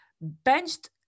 benched